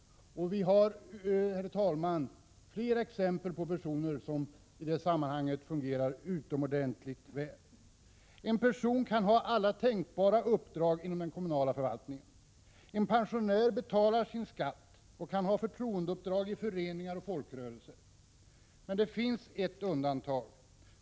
Vi har, herr talman, flera exempel på personer som fungerar utomordentligt väl i sådana sammanhang. En pensionär kan ha alla tänkbara uppdrag inom den kommunala förvaltningen. En pensionär betalar sin skatt och kan ha förtroendeuppdrag i föreningar och folkrörelser. Men det finns ett stort undantag.